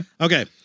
Okay